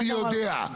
אני יודע.